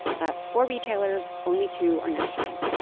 that's four retailers. only two are national,